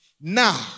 now